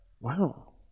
Wow